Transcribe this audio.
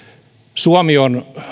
suomi on